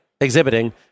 exhibiting